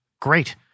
great